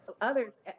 others